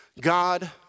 God